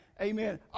Amen